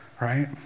Right